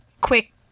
quick